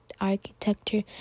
architecture